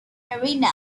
marino